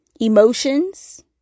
emotions